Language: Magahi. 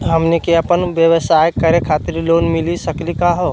हमनी क अपन व्यवसाय करै खातिर लोन मिली सकली का हो?